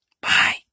Bye